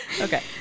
Okay